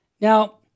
Now